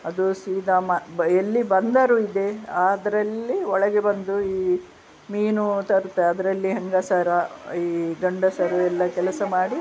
ಅದು ಸೀದ ಎಲ್ಲಿ ಬಂದರು ಇದೆ ಅದ್ರಲ್ಲಿ ಒಳಗೆ ಬಂದು ಈ ಮೀನು ತರುತ್ತೆ ಅದರಲ್ಲಿ ಹೆಂಗಸರು ಈ ಗಂಡಸರು ಎಲ್ಲ ಕೆಲಸ ಮಾಡಿ